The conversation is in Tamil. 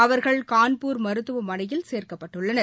அவர்கள் கான்பூர் மருத்துவமனையில் சேர்க்கப்பட்டுள்ளனர்